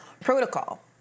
protocol